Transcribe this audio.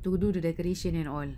to do the decoration and all